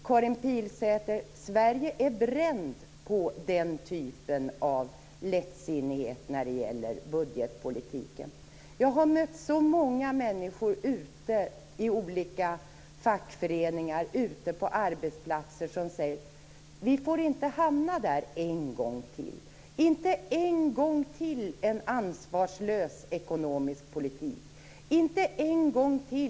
Karin Pilsäter, Sverige är bränt på den typen av lättsinnighet i budgetpolitiken. Jag har mött så många människor ute i olika fackföreningar och på arbetsplatser som säger att vi inte får hamna där en gång till. Vi vill inte ha en ansvarslös ekonomisk politik en gång till.